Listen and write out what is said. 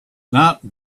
not